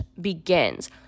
begins